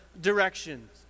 directions